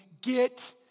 get